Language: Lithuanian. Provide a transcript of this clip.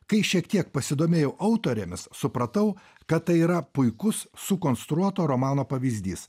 kai šiek tiek pasidomėjau autorėmis supratau kad tai yra puikus sukonstruoto romano pavyzdys